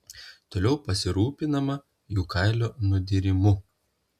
toliau pasirūpinama jų kailio nudyrimu